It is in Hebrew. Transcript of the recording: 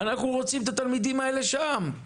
אנחנו רוצים את התלמידים האלה שם.